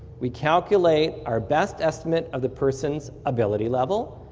we calculate our best estimate of the person's ability level,